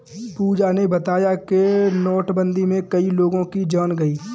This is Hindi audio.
पूजा ने बताया कि नोटबंदी में कई लोगों की जान गई